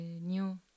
new